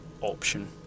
option